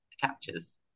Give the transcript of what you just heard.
captures